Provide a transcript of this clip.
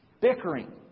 bickering